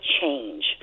change